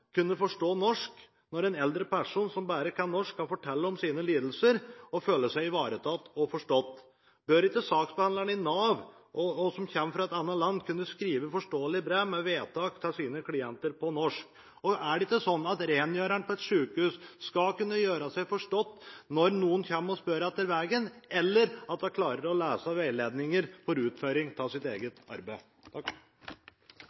kunne forstå norsk når en eldre person som bare kan norsk, skal fortelle om sine lidelser – og føle seg ivaretatt og forstått? Bør ikke saksbehandleren i Nav som kommer fra et annet land, kunne skrive vedtak på norsk til sine klienter i et forståelig brev? Er det ikke sånn at rengjøreren på et sykehus skal kunne gjøre seg forstått når noen kommer og spør om veien, eller at man klarer å lese veiledningen om hvordan man skal utføre sitt